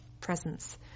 presence